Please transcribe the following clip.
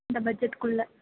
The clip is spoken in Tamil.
இந்த பட்ஜெட்குள்ளே